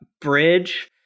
bridge